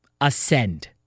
ascend